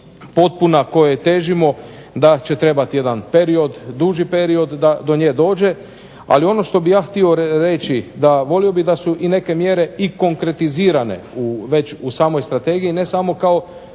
potpuna kojoj težimo da će trebati jedan duži period da do nje dođe. Ali ono što bih ja htio reći volio bih da su neke mjere i konkretizirane već u samoj strategiji ne samo kao